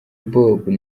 bob